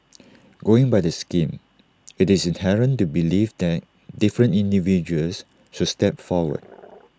going by the scheme IT is inherent to believe that different individuals should step forward